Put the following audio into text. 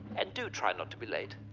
and do try not to be late.